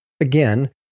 Again